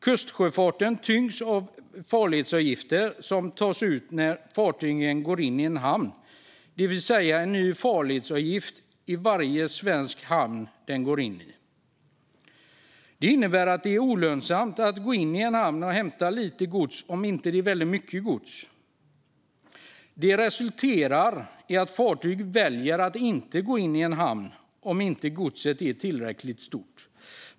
Kustsjöfarten tyngs av farledsavgifter, som tas ut när fartygen går in i en hamn. Det tas alltså ut en ny farledsavgift i varje svensk hamn ett fartyg går in i. Det innebär att det är olönsamt att gå in i en hamn och hämta gods, om det inte är väldigt mycket. Detta resulterar i att fartyg väljer att inte gå in i en hamn om det inte rör sig om tillräckligt mycket gods.